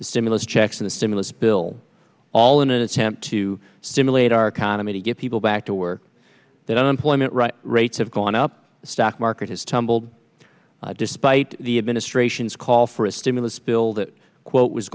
the stimulus checks and the stimulus bill all in an attempt to stimulate our economy to get people back to work that unemployment rates have gone up the stock market has tumbled despite the administration's call for a stimulus bill that quote was